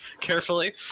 Carefully